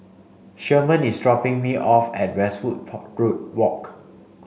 Sherman is dropping me off at Westwood Walk